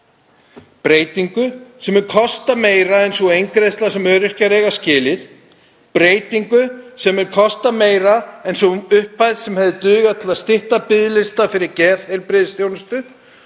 breytingu sem mun kosta meira en sú eingreiðsla sem öryrkjar eiga skilið, breytingu sem mun kosta meira en sú upphæð sem hefði dugað til að stytta biðlista fyrir geðheilbrigðisþjónustu